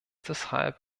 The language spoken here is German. deshalb